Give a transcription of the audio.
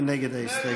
מי נגד ההסתייגות?